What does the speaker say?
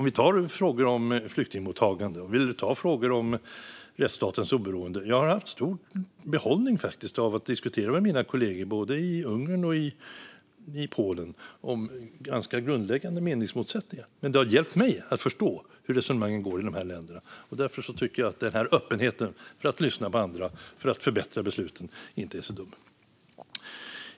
Vi kan ta frågor om flyktingmottagande och rättsstatens oberoende. Jag har haft stor behållning av att diskutera med mina kollegor både i Ungern och i Polen om ganska grundläggande meningsmotsättningar. Det har hjälpt mig att förstå hur resonemangen går i de länderna. Därför tycker jag att öppenheten för att lyssna på andra för att förbättra besluten inte är så dum.